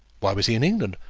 why was he in england?